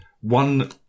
one